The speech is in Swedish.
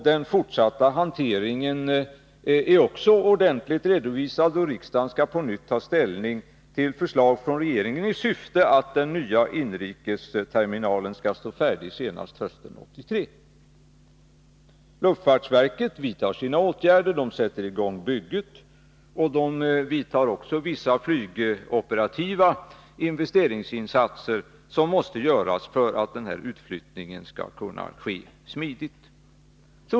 Den fortsatta hanteringen är också ordentligt redovisad, och riksdagen skall på nytt ta ställning till förslag från regeringen, i syfte att den nya inrikesterminalen skall stå färdig senast hösten 1983. Luftfartsverket vidtar sina åtgärder. Det sätter i gång bygget och gör också vissa flygoperativa investeringsinsatser som måste göras för att denna utflyttning skall kunna ske smidigt.